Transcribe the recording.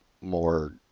more